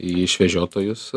į išvežiotojus